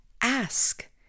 ask